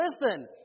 listen